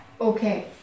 okay